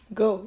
go